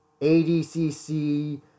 ADCC